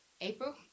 April